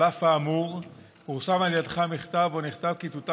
על אף האמור פורסם על ידך מכתב שבו נכתב כי תותר